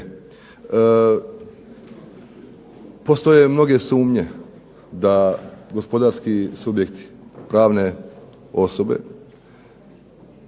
Postoje mnoge sumnje da gospodarski subjekti, pravne osobe